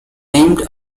named